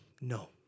no